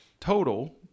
total